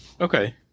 Okay